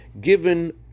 given